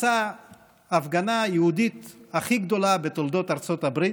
התכנסה ההפגנה היהודית הכי גדולה בתולדות ארצות הברית.